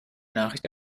nachricht